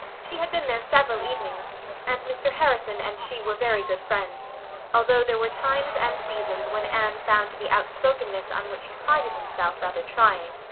she had been there several evenings and mr. harrison and she were very good friends although there were times and seasons when anne found the outspokenness on which he prided himself rather trying.